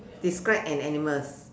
describe an animal